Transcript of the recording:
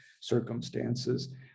circumstances